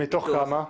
מתוך כמה?